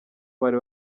bari